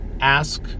ask